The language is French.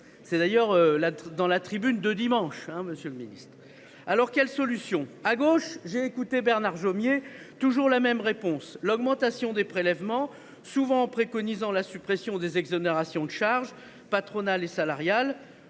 Mais tout est dans. N’est ce pas, monsieur le ministre ? Alors, quelles solutions ? À gauche, j’ai écouté Bernard Jomier. C’est toujours la même réponse : l’augmentation des prélèvements, souvent en préconisant la suppression des exonérations de charges patronales et salariales.